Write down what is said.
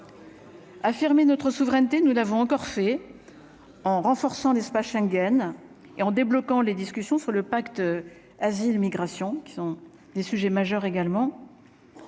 Affirmer notre souveraineté, nous l'avons encore fait en renforçant l'espace Schengen et en débloquant les discussions sur le pacte Asile migration qui sont des sujets majeurs également